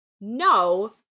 no